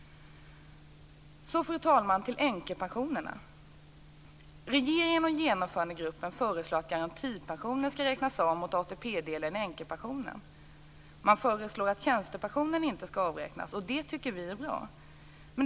Så, fru talman, till änkepensionerna. Regeringen och Genomförandegruppen föreslår att garantipensionen skall räknas av mot ATP-delen i änkepensionen. Man föreslår att tjänstepensionen inte skall avräknas, och det tycker vi är bra.